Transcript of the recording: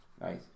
Nice